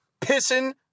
pissing